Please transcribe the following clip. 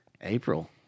April